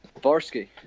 Varsky